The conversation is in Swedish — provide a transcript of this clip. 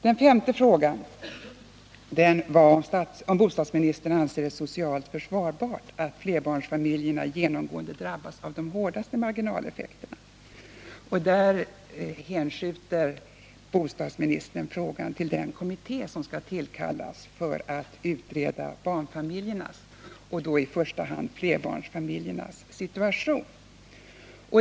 Den femte frågan gällde om bostadsministern anser det socialt försvarbart att flerbarnsfamiljerna genomgående drabbas av de hårdaste marginaleffekterna. Bostadsministern nöjer sig med att hänvisa till den kommitté som skall tillkallas för att utreda barnfamiljernas, i första hand flerbarnsfamiljernas, situation.